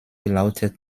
lautet